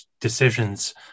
decisions